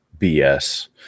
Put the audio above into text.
BS